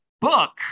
book